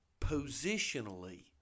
positionally